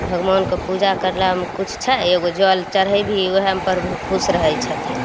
भगवानके पूजा करलामे किछु छै एगो जल चढ़ेबही ओहेमे प्रभु खुश रहय छथिन